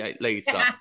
later